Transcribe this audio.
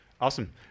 Awesome